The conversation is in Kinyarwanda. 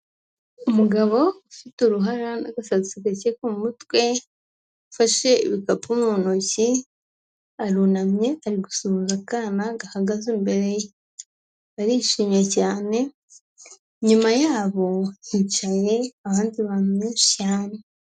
Umugabo ufite uruhara n'agasatsi gake ku mutwe, ufashe ibikapu mu ntoki, arunamye ari gusuhuza akana gahagaze imbere ye, arishimye cyane, inyuma yabo hicaye abandi bantu benshi cyane.